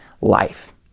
life